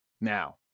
Now